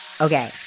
Okay